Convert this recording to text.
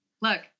look